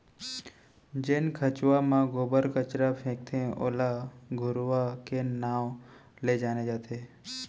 जेन खंचवा म गोबर कचरा फेकथे ओला घुरूवा के नांव ले जाने जाथे